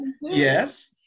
yes